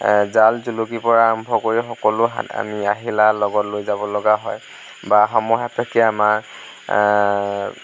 জাল জুলুকী পৰা আৰম্ভ কৰি সকলো আমি আহিলা লগত লৈ যাব লগা হয় বা সময় সাপেক্ষে আমাৰ